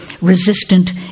resistant